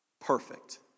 perfect